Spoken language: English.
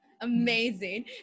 Amazing